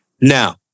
now